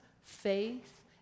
faith